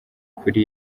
kuri